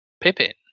pippin